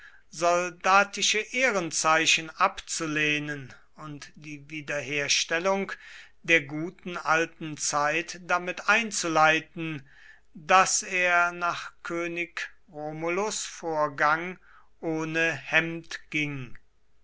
soldatische ehrenzeichen abzulehnen und die wiederherstellung der guten alten zeit damit einzuleiten daß er nach könig romulus vorgang ohne hemd ging